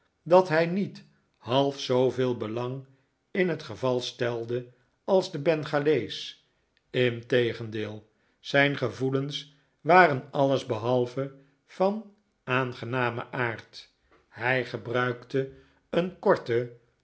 dat hij niet half zooveel belang in het geval stelde als de bengalees integendeel zijn gevoelens waren allesbehalve van aangenamen aard hij gebruikte een korte